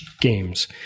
games